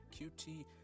QT